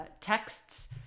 texts